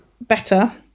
better